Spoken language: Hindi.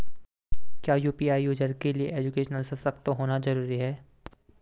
क्या यु.पी.आई यूज़र के लिए एजुकेशनल सशक्त होना जरूरी है?